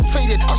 Faded